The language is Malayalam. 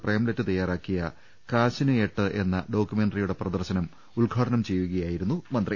പ്രേംലെറ്റ് തയ്യാറാക്കിയ കാശിന് എട്ട് എന്ന ഡോക്യുമെൻററിയുടെ പ്രദർശനം ഉദ്ഘാ ടനം ചെയ്യുകയായിരുന്നു മന്ത്രി